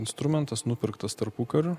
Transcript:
instrumentas nupirktas tarpukariu